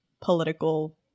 political